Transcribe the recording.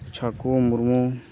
Chhaku Murmu